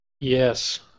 Yes